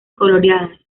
coloreadas